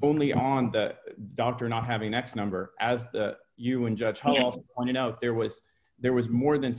bully on the doctor not having x number as you and judge hold on you know there was there was more than